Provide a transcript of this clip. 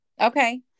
Okay